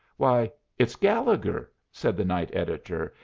why, it's gallegher, said the night editor,